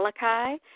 Malachi